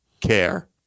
care